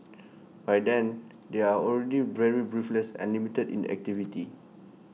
by then they are already very breathless and limited in activity